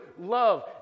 love